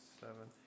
seven